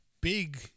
big